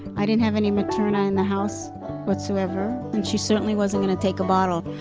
i didn't have any materna in the house whatsoever, and she certainly wasn't gonna take a bottle,